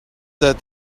that